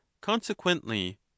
consequently